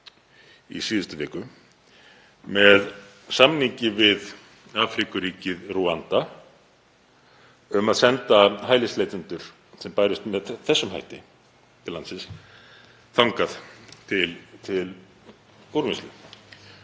í síðustu viku með samningi við Afríkuríkið Rúanda um að senda hælisleitendur, sem kæmu með þessum hætti til landsins, þangað til að unnið